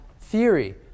theory